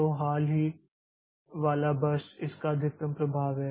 तो हाल ही वाला बर्स्ट इसका अधिकतम प्रभाव है